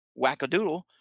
wackadoodle